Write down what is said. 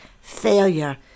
failure